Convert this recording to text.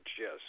yes